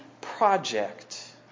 project